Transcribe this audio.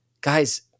guys